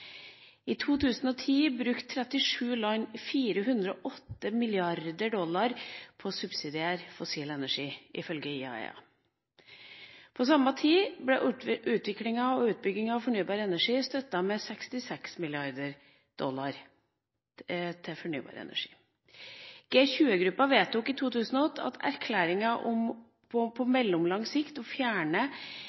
I 2010 brukte 37 land 408 mrd. dollar på å subsidiere fossil energi, ifølge IEA. På samme tid ble utvikling og utbygging av fornybar energi støttet med 66 mrd. dollar. G20-gruppen vedtok i 2008 en erklæring om på mellomlang sikt å fjerne